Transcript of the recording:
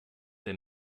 der